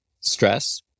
stress